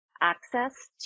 access